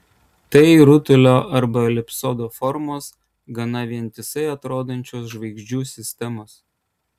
tai rutulio arba elipsoido formos gana vientisai atrodančios žvaigždžių sistemos